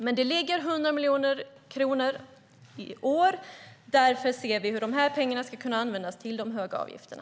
Men det finns 100 miljoner kronor för i år, och vi anser därför att dessa pengar ska kunna användas för att minska de höga avgifterna.